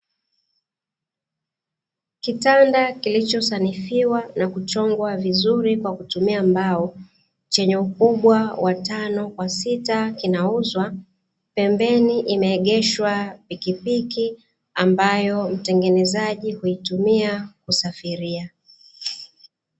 Kitanda kilichosanifiwa na kuchongwa vizuri kwa kutumia mbao, chenye ukubwa wa tano kwa a sita kinauzwa, pembeni imeegeshwa pikipiki ambayo mtengenezaji huitumia kusafiria.